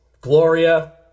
Gloria